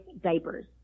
diapers